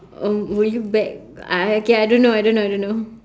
um will you beg uh okay I don't know I don't know I don't know